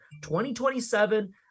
2027